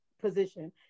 position